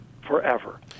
forever